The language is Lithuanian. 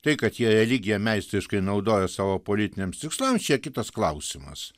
tai kad jie religiją meistriškai naudoja savo politiniams tikslams čia kitas klausimas